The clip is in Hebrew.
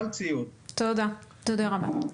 תודה רבה.